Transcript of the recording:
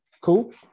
Cool